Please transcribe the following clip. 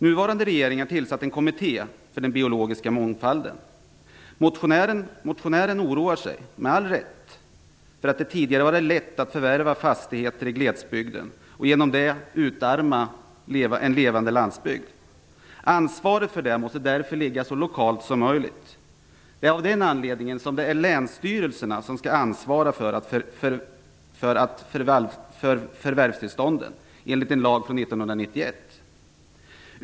Nuvarande regering har tillsatt en kommitté för den biologiska mångfalden. Motionären oroar sig, med all rätt, för att det tidigare har varit lätt att förvärva fastigheter i glesbygden och att en levande landsbygd därigenom utarmas. Ansvaret för detta måste därför ligga så lokalt som möjligt. Länsstyrelserna skall därför ansvara för förvärvstillstånden enligt en lag från 1991.